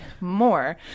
more